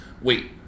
Wait